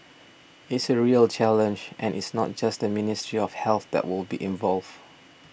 it's a real challenge and it's not just the Ministry of Health that will be involved